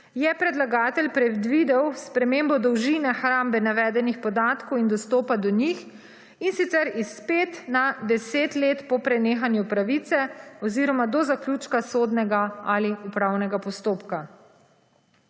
je predlagatelj predvidel spremembo dolžine hrambe navedenih podatkov in dostopa do njih, in sicer iz 5 na 10 let po prenehanju pravice oziroma do zaključka sodnega ali upravnega postopka.